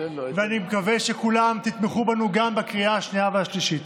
ואני מקווה שכולם תתמכו בנו גם בקריאה השנייה והשלישית.